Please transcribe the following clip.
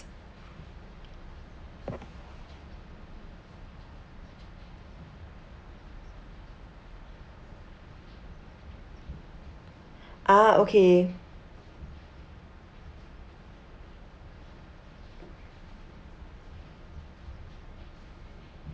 ah okay